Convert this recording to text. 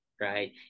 right